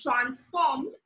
transformed